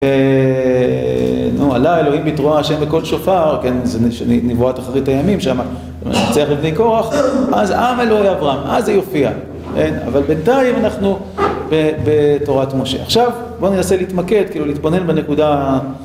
נו, עלה אלוהים בתרועה ה׳ בקול שופר, כן, זו נבואת אחרית הימים, שמה, למנצח לבני קורח, אז עם אלוהי אברהם, אז היא הופיעה, כן, אבל בינתיים אנחנו בתורת משה. עכשיו בוא ננסה להתמקד, כאילו להתבונן בנקודה...